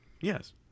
yes